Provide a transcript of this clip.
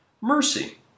Mercy